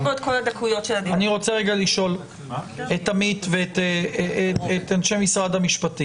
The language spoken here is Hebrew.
לנטלים הראייתיים ואם עמדנו בכלל תנאי השקילות,